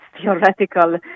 theoretical